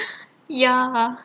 ya